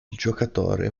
giocatore